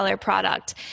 product